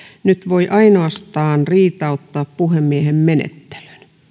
nyt voi ainoastaan riitauttaa puhemiehen menettelyn